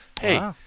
hey